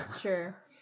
sure